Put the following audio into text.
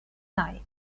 night